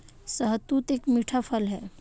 शहतूत एक मीठा फल है